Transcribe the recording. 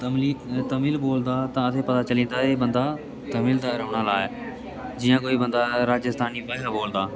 तमली तमिल बोलदा तां उसी पता चलदा एह् बंदा तमिल दा रौह़ने आह्ला ऐ जियां कोई बंदा राजस्थानी भाशा बोलदा